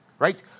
right